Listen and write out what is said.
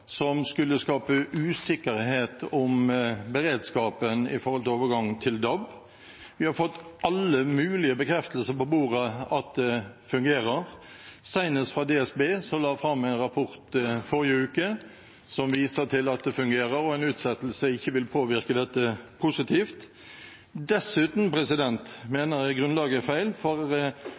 som skulle skape usikkerhet om beredskapen med hensyn til overgang til DAB. Vi har fått alle mulige bekreftelser på bordet om at det fungerer, senest fra DSB, som la fram en rapport i forrige uke som viser at det fungerer, og at en utsettelse ikke vil påvirke dette positivt. Dessuten mener jeg grunnlaget er feil, for